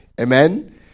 Amen